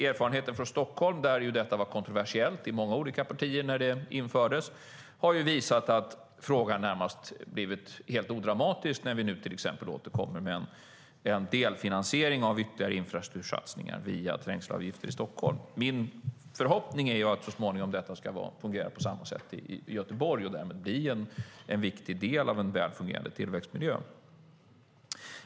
I Stockholm, där detta var kontroversiellt i många olika partier när det infördes, har frågan närmast blivit helt odramatisk när vi nu till exempel återkommer med en delfinansiering av ytterligare infrastruktursatsningar via trängselavgifter i Stockholm. Min förhoppning är att detta så småningom ska fungera på samma sätt i Göteborg och därmed bli en viktig del av en väl fungerande tillväxtmiljö.